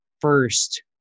first